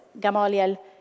Gamaliel